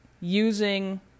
Using